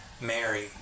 Mary